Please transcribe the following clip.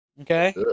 okay